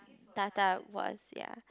was ya